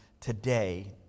Today